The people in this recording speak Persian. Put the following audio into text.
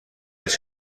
است